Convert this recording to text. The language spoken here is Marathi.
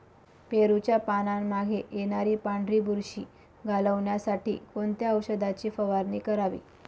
पेरूच्या पानांमागे येणारी पांढरी बुरशी घालवण्यासाठी कोणत्या औषधाची फवारणी करावी?